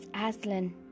Aslan